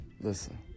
listen